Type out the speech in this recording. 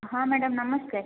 ହଁ ମ୍ୟାଡ଼ାମ୍ ନମସ୍କାର